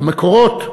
המקורות,